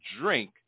drink